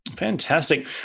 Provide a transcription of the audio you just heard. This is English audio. Fantastic